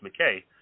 McKay